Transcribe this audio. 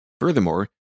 Furthermore